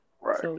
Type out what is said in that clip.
Right